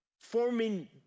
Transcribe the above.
forming